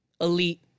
Elite